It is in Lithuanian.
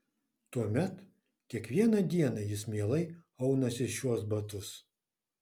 tuomet kiekvieną dieną jis mielai aunasi šiuos batus